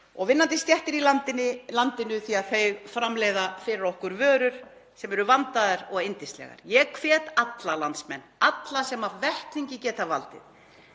og vinnandi stéttir í landinu, því að þau framleiða fyrir okkur vörur sem eru vandaðar og yndislegar. Ég hvet alla landsmenn, alla sem vettlingi geta valdið,